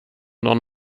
nån